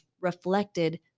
reflected